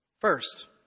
First